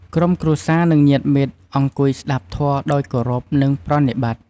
ក្រុមគ្រួសារ និងញាតិមិត្តអង្គុយស្ដាប់ធម៌ដោយគោរព និងប្រណិប័តន៍។